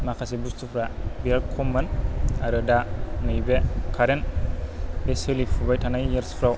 माखासे बुस्तुफ्रा बेयाव खममोन आरो दा नैबे कारेन्ट बे सोलिफुबाय थानाय यार्सफ्राव